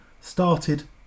started